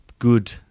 good